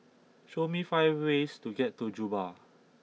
show me five ways to get to Juba